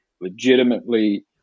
legitimately